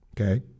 Okay